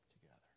together